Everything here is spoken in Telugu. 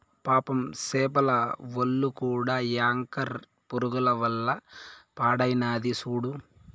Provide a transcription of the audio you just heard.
పాపం సేపల ఒల్లు కూడా యాంకర్ పురుగుల వల్ల పాడైనాది సూడు